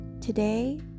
Today